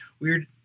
weird